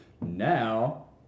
Now